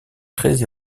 très